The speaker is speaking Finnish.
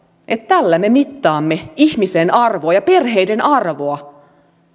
että tällä me mittaamme ihmisen arvoa ja perheiden arvoa